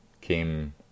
Came